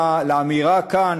לאמירה כאן,